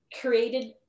created